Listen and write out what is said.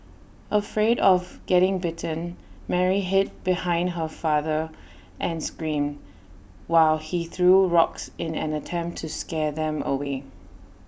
afraid of getting bitten Mary hid behind her father and screamed while he threw rocks in an attempt to scare them away